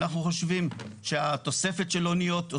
אנחנו חושבים שהתוספת של אוניות,